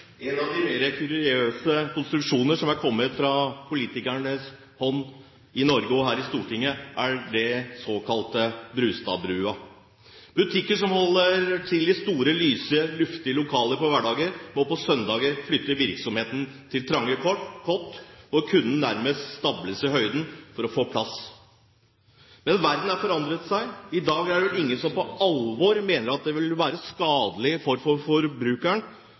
En av de mer kuriøse konstruksjoner som er kommet fra politikernes hånd i Norge og her i Stortinget, er den såkalte Brustad-bua. Butikker som holder til i store, lyse og luftige lokaler på hverdager, må på søndager flytte virksomheten til trange kott hvor kundene nærmest stables i høyden for å få plass. Men verden har forandret seg. I dag er det vel ingen som på alvor mener at det vil være skadelig for